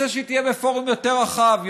רוצה שהיא תהיה בפורום יותר רחב,